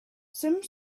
some